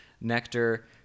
nectar